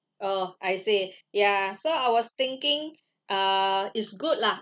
oh I see ya so I was thinking uh is good lah